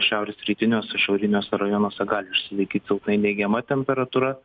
šiaurės rytiniuose šiauriniuose rajonuose gali išsilaikyt silpnai neigiama temperatūra